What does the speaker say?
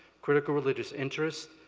critical religious interest,